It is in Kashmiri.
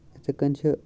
اِتھٕے کنۍ چھِ